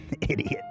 Idiot